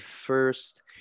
first